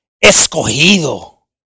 escogido